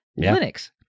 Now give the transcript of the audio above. Linux